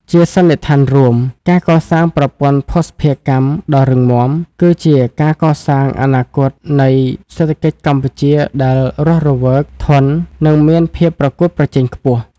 ជាសន្និដ្ឋានរួម ការកសាងប្រព័ន្ធភស្តុភារកម្មដ៏រឹងមាំ គឺជាការកសាងអនាគតនៃសេដ្ឋកិច្ចកម្ពុជាដែលរស់រវើក ធន់ និងមានភាពប្រកួតប្រជែងខ្ពស់។